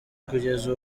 kugeza